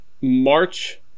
March